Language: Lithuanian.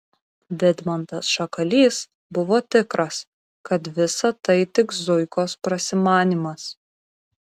vidmantas šakalys buvo tikras kad visa tai tik zuikos prasimanymas